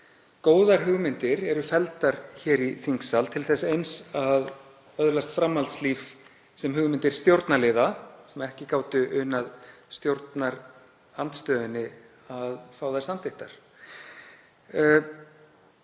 góðar hugmyndir eru felldar hér í þingsal til þess eins að öðlast framhaldslíf sem hugmyndir stjórnarliða sem ekki gátu unnt stjórnarandstöðunni að fá þær samþykktar.